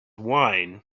wine